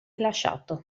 lasciato